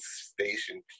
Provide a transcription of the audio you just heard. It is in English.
station